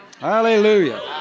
Hallelujah